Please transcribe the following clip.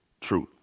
truth